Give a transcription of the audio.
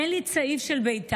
אין לי צעיף של בית"ר,